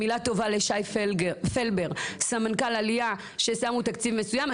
מילה טובה לשי פלבר סמנכ"ל העלייה ששם תקציב מסוים.